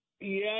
Yes